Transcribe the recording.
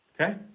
Okay